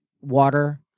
water